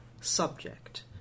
subject